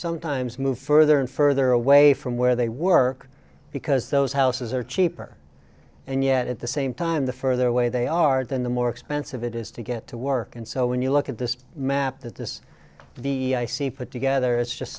sometimes move further and further away from where they work because those houses are cheaper and yet at the same time the further away they are than the more expensive it is to get to work and so when you look at this map that this the put together is just